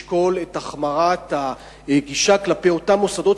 לשקול את החמרת הגישה כלפי אותם מוסדות